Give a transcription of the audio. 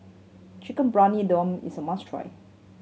Chicken Briyani Dum is a must try